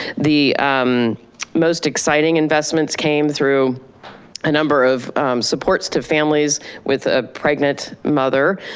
the most exciting investments came through a number of supports to families with a pregnant mother.